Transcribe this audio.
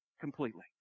completely